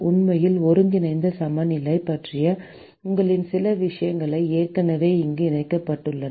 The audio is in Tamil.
உண்மையில் ஒருங்கிணைந்த சமநிலை பற்றிய உங்களின் சில விஷயங்கள் ஏற்கனவே இங்கே இணைக்கப்பட்டுள்ளன